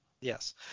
Yes